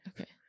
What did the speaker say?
Okay